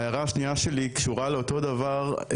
ההערה השנייה שלי קשורה לאותו דבר,